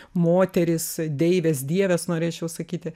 moterys deivės dievės norėčiau sakyti